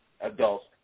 adults